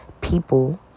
people